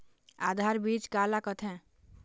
आधार बीज का ला कथें?